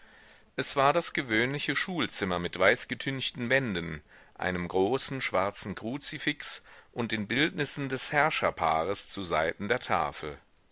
es war das gewöhnliche schulzimmer mit weißgetünchten wänden einem großen schwarzen kruzifix und den bildnissen des herrscherpaares zu seiten der tafel